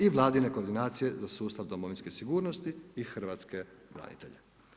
I Vladine koordinacije za sustav domovinske sigurnosti i hrvatske branitelje.